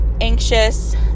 anxious